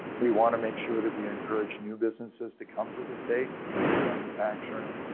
we wanna make sure that we encourage new businesses to come to the state, advance manufacturing.